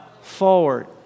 Forward